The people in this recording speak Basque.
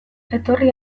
etorri